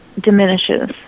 diminishes